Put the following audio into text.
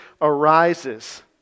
arises